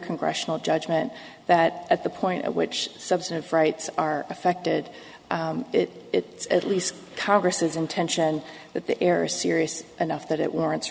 congressional judgment that at the point at which subset of rights are affected it's at least congress's intention that the error is serious enough that it warrants